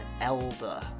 elder